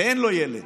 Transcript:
ואין לו ילד,